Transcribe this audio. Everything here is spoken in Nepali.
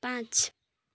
पाँच